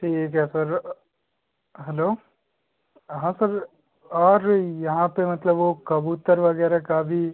ठीक है sir hello हाँ सर और यहाँ पर मतलब वो कबूतर वग़ैरह का भी